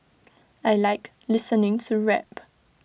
I Like listening to rap